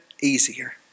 easier